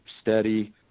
steady